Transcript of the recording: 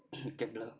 gambler